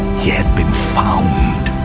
he had been found